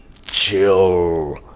chill